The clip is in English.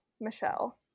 michelle